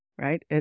right